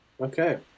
Okay